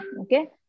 Okay